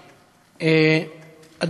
חבר הכנסת יצחק כהן.